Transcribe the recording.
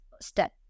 step